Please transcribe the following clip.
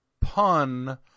pun